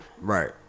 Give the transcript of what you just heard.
Right